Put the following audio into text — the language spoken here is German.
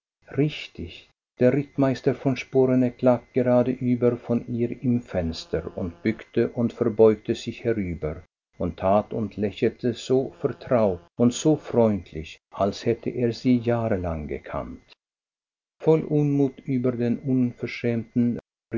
blick richtig der rittmeister von sporeneck lag geradeüber von ihr im fenster und bückte und verbeugte sich herüber und tat und lächelte so vertraut und so freundlich als hätte er sie jahrelang gekannt voll unmut über den unverschämten